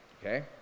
Okay